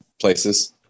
places